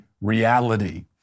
reality